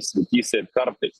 srityse ir kartais